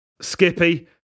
Skippy